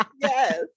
Yes